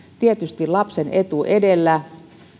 tietysti lapsen etu edellä